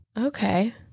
Okay